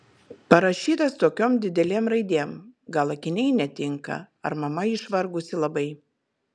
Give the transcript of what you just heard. parašytas tokiom didelėm raidėm gal akiniai netinka ar mama išvargusi labai